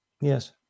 Yes